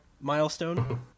milestone